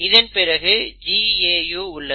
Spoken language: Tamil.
இதன்பிறகு GAU உள்ளது